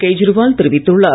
கெஜ்ரிவால் தெரிவித்துள்ளார்